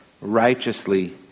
righteously